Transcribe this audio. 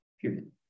Period